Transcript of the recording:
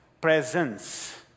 presence